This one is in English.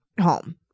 home